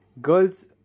girls